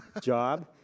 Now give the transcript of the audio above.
job